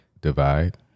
divide